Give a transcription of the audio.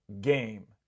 game